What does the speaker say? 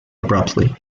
abruptly